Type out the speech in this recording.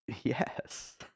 Yes